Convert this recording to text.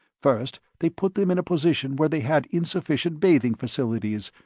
first they put them in a position where they had insufficient bathing facilities,